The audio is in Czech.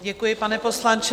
Děkuji, pane poslanče.